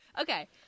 Okay